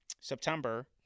September